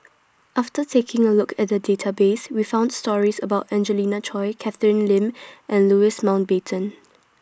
after taking A Look At The Database We found stories about Angelina Choy Catherine Lim and Louis bitten